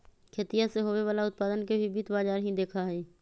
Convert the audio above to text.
खेतीया से होवे वाला उत्पादन के भी वित्त बाजार ही देखा हई